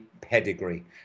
pedigree